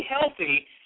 healthy